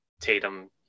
Tatum